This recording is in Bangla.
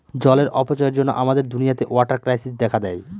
জলের অপচয়ের জন্য আমাদের দুনিয়াতে ওয়াটার ক্রাইসিস দেখা দেয়